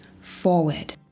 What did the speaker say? forward